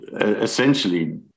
essentially